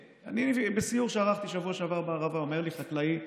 בסיור שערכתי בשבוע שעבר בא ואומר לי חקלאי,